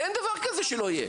אין דבר כזה שלא יהיה.